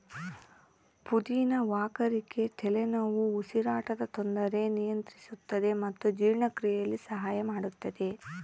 ಪುದಿನ ವಾಕರಿಕೆ ತಲೆನೋವು ಉಸಿರಾಟದ ತೊಂದರೆ ನಿಯಂತ್ರಿಸುತ್ತದೆ ಮತ್ತು ಜೀರ್ಣಕ್ರಿಯೆಯಲ್ಲಿ ಸಹಾಯ ಮಾಡುತ್ತದೆ